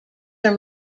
are